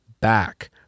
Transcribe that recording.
back